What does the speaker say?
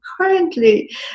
currently